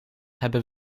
hebben